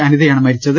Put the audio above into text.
അനിതയാണ് മരിച്ചത്